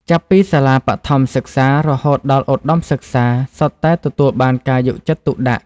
ចាប់ពីសាលាបឋមសិក្សា រហូតដល់ឧត្ដមសិក្សា សុទ្ធតែទទួលបានការយកចិត្តទុកដាក់។